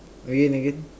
again again